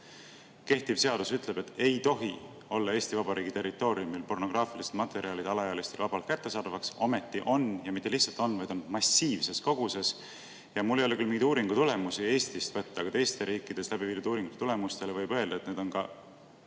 Kehtiv seadus ütleb, et ei tohi olla Eesti Vabariigi territooriumil pornograafilist materjali alaealistele vabalt kättesaadaval, ometi on, ja mitte lihtsalt on, vaid on massiivses koguses. Mul ei ole küll mingi uuringu tulemusi Eestist võtta, aga teistes riikides läbi viidud uuringute tulemuste põhjal võib öelda, et need on